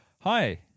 Hi